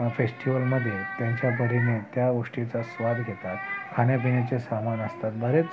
फेस्टिवलमध्ये त्यांच्यापरीने त्या गोष्टीचा स्वाद घेतात खाण्यापिण्याचे सामान असतात बरेच